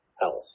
health